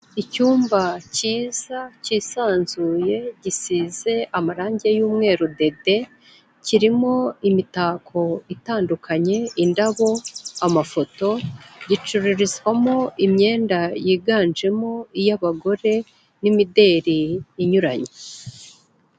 Icyumba kiza kisanzuye gisize amarangi y'umweru dede, kirimo imitako itandukanye, indabo amafoto, gicururizwamo imyenda yiganjemo iy'abagore n'imideli inyuranye.